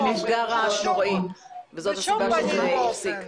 לא, זה מפגע רעש נוראי, וזאת הסיבה שזה הפסיק.